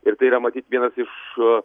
ir tai yra matyt vienas iš